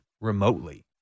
remotely